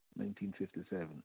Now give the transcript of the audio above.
1957